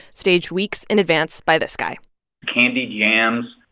staged weeks in advance by this guy candied yams,